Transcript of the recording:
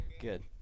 Good